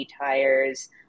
tires